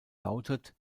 lautet